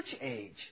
Age